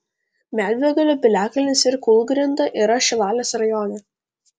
medvėgalio piliakalnis ir kūlgrinda yra šilalės rajone